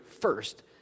first